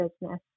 business